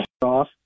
off